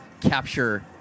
capture